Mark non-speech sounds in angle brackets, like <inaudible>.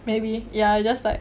<noise> maybe ya just like